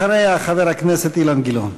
אחריה, חבר הכנסת אילן גילאון.